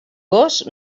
gos